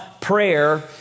prayer